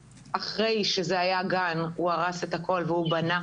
אחרי שזה היה גן, הוא הרס את הכול והוא בנה